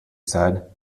said